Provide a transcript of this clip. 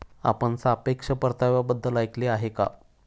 आपण सापेक्ष परताव्याबद्दल ऐकले आहे का?